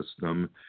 system